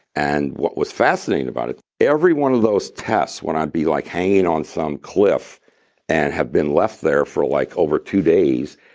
and what was fascinating about it, every one of those tests when i'd be like hanging on some cliff and have been left there for like over two days,